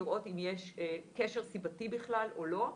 לראות אם יש קשר סיבתי בכלל או לא.